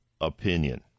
opinion